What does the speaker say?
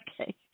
Okay